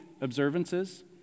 observances